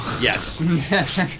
Yes